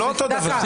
זה לא אותו דבר.